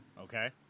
Okay